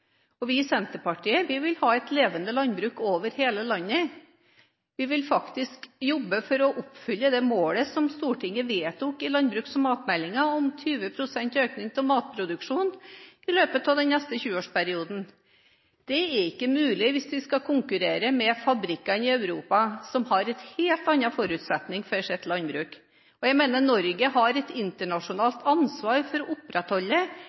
vi konkurrerer med. Vi i Senterpartiet vil ha et levende landbruk over hele landet. Vi vil jobbe for å oppfylle det målet som Stortinget vedtok i forbindelse med behandlingen av landbruks- og matmeldingen, om 20 pst. økning av matproduksjonen i løpet av den neste 20-årsperioden. Det er ikke mulig hvis vi skal konkurrere med fabrikkene i Europa, som har helt andre forutsetninger for sitt landbruk. Jeg mener at Norge har et internasjonalt ansvar for å opprettholde